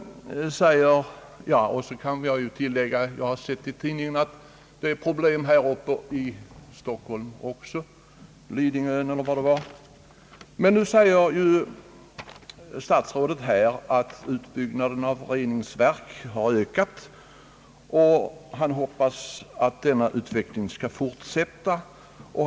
Jag kan tillägga att jag sett i tidningen att problemet finns också här uppe i Stockholm, jag tror det var på Lidingö. Statsrådet säger att utbyggnaden av reningsverk har ökat, och han hoppas att denna utveckling skall fortsätta.